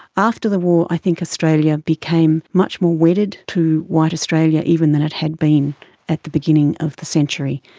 after the war i think australia became much more wedded to white australia even than it had been at the beginning of the century.